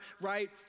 right